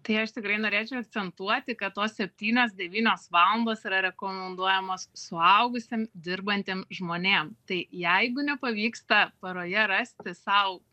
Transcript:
tai aš tikrai norėčiau akcentuoti kad tos septynios devynios valandos yra rekomenduojamos suaugusiem dirbantiem žmonėm tai jeigu nepavyksta paroje rasti sau